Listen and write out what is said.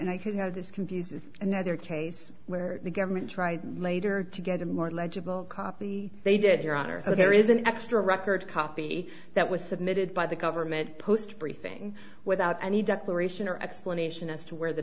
and i could have this confuses another case where the government tried later to get a more legible copy they did your honor so there is an extra record copy that was submitted by the government post briefing without any declaration or explanation as to where the